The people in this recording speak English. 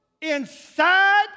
inside